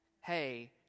Hey